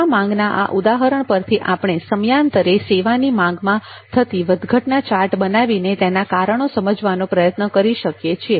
સેવા માંગના આ ઉદાહરણ પરથી આપણે સમયાંતરે સેવાની માગમાં થતી વધ ઘટના ચાર્ટ બનાવીને તેના કારણો સમજવાનો પ્રયત્ન કરી શકીએ છીએ